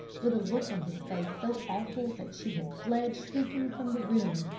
with a look on his face so awful that she had fled shrieking from the room.